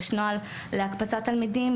יש נוהל להקפצה לתלמידים,